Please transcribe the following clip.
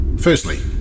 Firstly